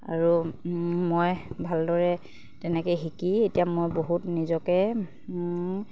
আৰু মই ভালদৰে তেনেকৈ শিকি এতিয়া মই বহুত নিজকে